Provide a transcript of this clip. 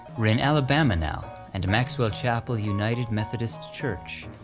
re in alabama now, and maxwell chapel united methodist church,